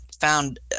found